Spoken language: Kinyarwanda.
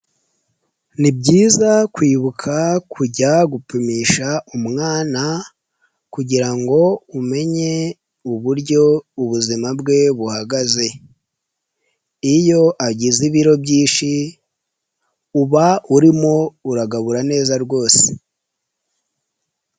Ni byiza kwibuka kujya gupimisha umwana kugira ngo umenye uburyo ubuzima bwe buhagaze, iyo agize ibiro byinshi uba urimo uragabura neza rwose.